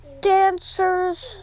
dancers